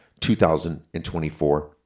2024